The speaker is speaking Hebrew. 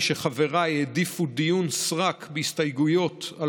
חבל לי שחבריי העדיפו דיון סרק בהסתייגויות על